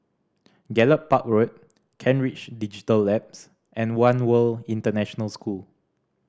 Gallop Park Road Kent Ridge Digital Labs and One World International School